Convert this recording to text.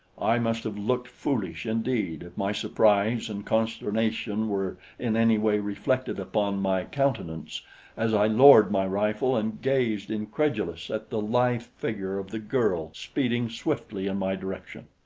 i must have looked foolish indeed if my surprise and consternation were in any way reflected upon my countenance as i lowered my rifle and gazed incredulous at the lithe figure of the girl speeding swiftly in my direction.